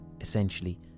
essentially